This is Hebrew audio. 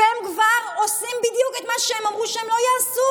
והם כבר עושים בדיוק את מה שהם אמרו שהם לא יעשו.